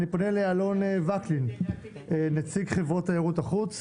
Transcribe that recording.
אני פונה לאלון וקנין, נציג חברות תיירות החוץ.